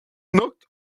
knocked